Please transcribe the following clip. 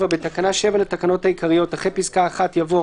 7. בתקנה 7 לתקנות העיקריות (1)אחרי פסקה (1) יבוא: